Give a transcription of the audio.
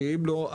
כי אם לא,